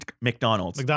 McDonald's